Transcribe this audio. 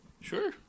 sure